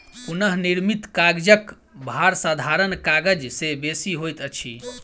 पुनःनिर्मित कागजक भार साधारण कागज से बेसी होइत अछि